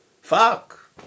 Fuck